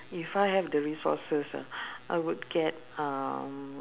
if I have the resources uh I would get um